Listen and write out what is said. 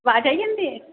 ਆਵਾਜ਼ ਆਈ ਜਾਂਦੀ ਹੈ